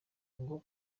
ngo